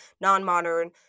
non-modern